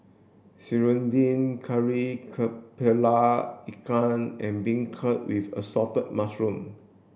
Serunding Kari Kepala Ikan and beancurd with assorted mushrooms